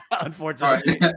unfortunately